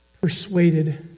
persuaded